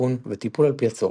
אבחון וטיפול על פי הצורך.